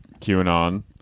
QAnon